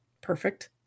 Perfect